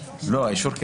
אישור,